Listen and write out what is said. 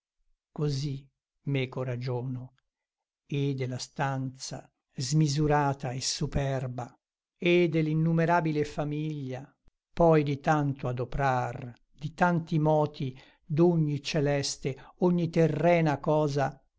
sono così meco ragiono e della stanza smisurata e superba e dell'innumerabile famiglia poi di tanto adoprar di tanti moti d'ogni celeste ogni terrena cosa